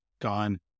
gone